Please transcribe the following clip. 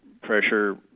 pressure